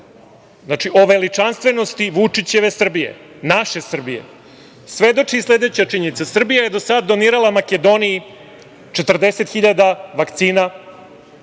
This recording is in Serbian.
Znači, o veličanstvenosti Vučićeve Srbije, naše Srbije svedoči i sledeća činjenica – Srbije je do sada donirala Makedoniji 40 hiljada vakcina,